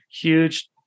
huge